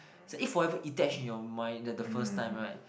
so it forever etched in your mind that the first time right